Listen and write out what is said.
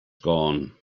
gone